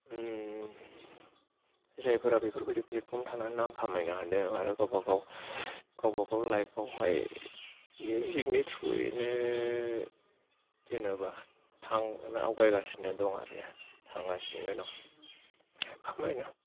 जायफोरा बेफोरबायदि प्लेटफर्म थांनानै नाम खामायनो हादों आरो गावबा गाव गावबा गाव लाइफआवहाय मिउजिकनि थ्रुयैनो जेन'बा थां आवगायगासिनो दं आरो थांगासिनो दं खामायना